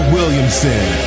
Williamson